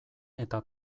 eta